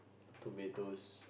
tomatoes